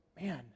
Man